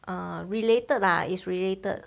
ah related lah it's related